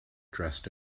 dressed